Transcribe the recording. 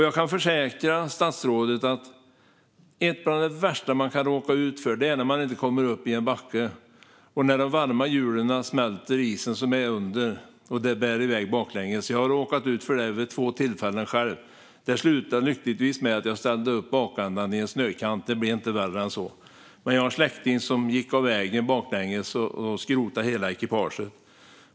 Jag kan försäkra statsrådet att något av det värsta man kan råka ut för är när man inte kommer upp i en backe och när de varma hjulen smälter isen som är där under och det bär iväg baklänges. Jag har själv råkat ut för det vid två tillfällen. Det slutade lyckligtvis med att jag ställde upp bakändan i en snökant. Det blev inte värre än så. Men jag har en släkting som åkte av vägen baklänges och skrotade hela ekipaget.